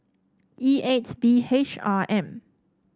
E eight B H R M